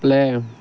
play